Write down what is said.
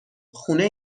خونه